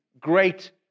great